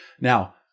Now